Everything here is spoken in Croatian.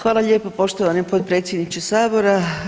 Hvala lijepo poštovani potpredsjedniče Sabora.